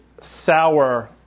sour